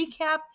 recap